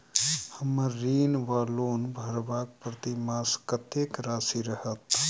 हम्मर ऋण वा लोन भरबाक प्रतिमास कत्तेक राशि रहत?